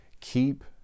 keep